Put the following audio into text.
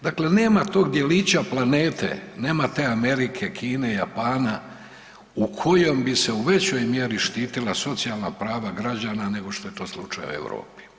Dakle nema tog djelića planete, nema te Amerike, Kine, Japana u kojem bi se u većoj mjeri štitila socijalna prava građana nego što je to slučaj u Europi.